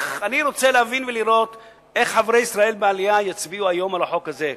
אני רוצה להבין ולראות איך חברי ישראל ביתנו יצביעו היום על החוק הזה.